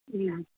हम्म